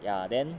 ya then